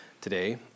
today